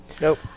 Nope